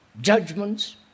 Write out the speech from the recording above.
judgments